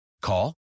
Call